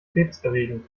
krebserregend